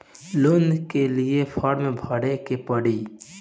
Loan के लिए form भरे के पड़ी?